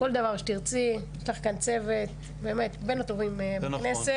כל דבר שתרצי, יש לך כאן צוות בין הטובים בכנסת.